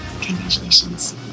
congratulations